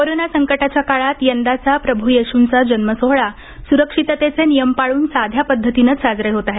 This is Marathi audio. कोरोना संकटाच्या काळात यंदाचा प्रभू येश्चा जन्मसोहळा सुरक्षिततेचे नियम पाळून साध्या पद्धतीनेच साजरा होत आहे